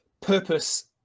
purpose